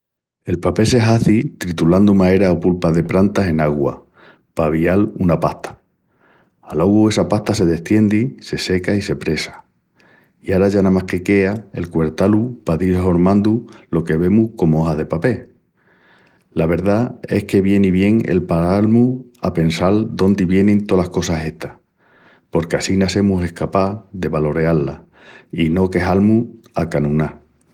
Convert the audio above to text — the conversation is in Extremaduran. El papel se hazi tritulandu madera o pulpa de prantas en augua pa avial una pasta. Aluegu, essa pasta se destiendi, se seca i se presa. I ara ya namás que quea el cuertá-lu pa dil hormandu lo que vemus comu ojas de papel. La verdá es que vien bien el paral-mus a pensal dóndi vienin tolas cosas estas porque assina semus escapás de valoreá-las i no quexal-mus a canuná.